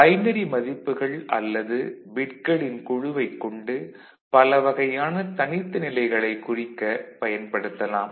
binary மதிப்புகள் அல்லது பிட்களின் குழுவைக் கொண்டு பல வகையான தனித்த நிலைகளைக் குறிக்க பயன்படுத்தலாம்